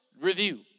review